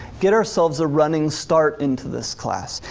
get ourselves a running start into this class,